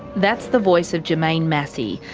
that's the voice of jermaine massey,